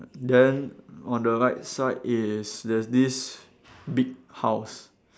then on the right side is there's this big house